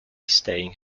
staying